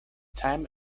time